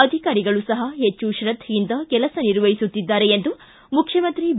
ಅಧಿಕಾರಿಗಳು ಸಹ ಹೆಚ್ಚು ಶ್ರದ್ಧೆಯಿಂದ ಕೆಲಸ ನಿರ್ವಹಿಸುತ್ತಿದ್ದಾರೆ ಎಂದು ಮುಖ್ಯಮಂತ್ರಿ ಬಿ